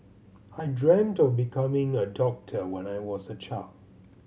I dreamt of becoming a doctor when I was a child